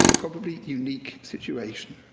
probably unique situation.